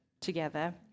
together